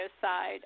side